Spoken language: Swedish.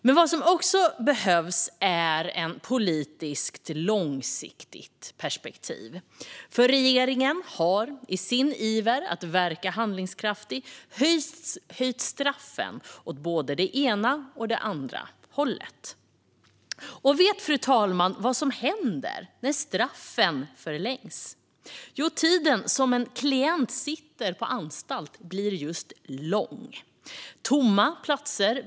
Men vad som också behövs är ett politiskt långsiktigt perspektiv. Regeringen har i sin iver att verka handlingskraftig höjt straffen åt både det ena och det andra hållet. Vet fru talmannen vad som händer när straffen förlängs? Jo, tiden som en klient sitter på anstalt blir just lång. Det blir färre tomma platser.